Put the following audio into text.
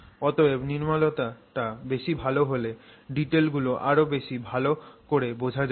অতএব নির্মলতা বেশি ভালো হলে ডিটেলগুলো আরও বেশি ভালো করে বোঝা যাবে